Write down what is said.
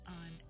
on